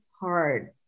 hard